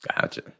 Gotcha